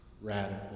radical